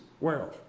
world